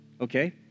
Okay